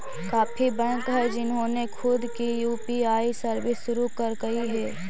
काफी बैंक हैं जिन्होंने खुद की यू.पी.आई सर्विस शुरू करकई हे